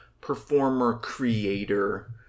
performer-creator